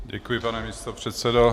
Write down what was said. Děkuji, pane místopředsedo.